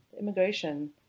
immigration